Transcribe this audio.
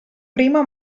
prima